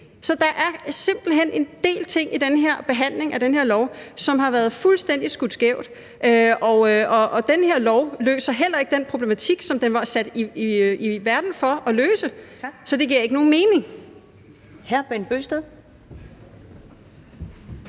Så der er simpelt hen en del ting i behandlingen af det her lovforslag, som her er skudt fuldstændig skævt, og det her lovforslag løser heller ikke den problematik, som det var sat i verden for at løse. Så det giver ikke nogen mening.